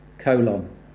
Colon